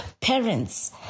parents